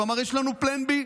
הוא אמר: יש לנו Plan B,